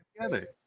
together